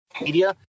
media